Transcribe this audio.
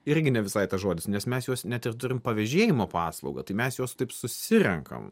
irgi ne visai tas žodis nes mes juos net ir turim pavėžėjimo paslaugą tai mes juos taip susirenkam